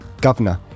Governor